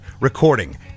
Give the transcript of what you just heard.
recording